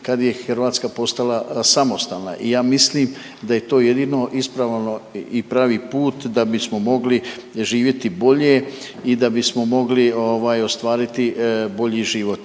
kad je Hrvatska postala samostalna i ja mislim da je to jedino ispravno i pravi put da bismo mogli živjeti bolje i da bismo mogli ostvariti bolji život.